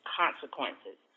consequences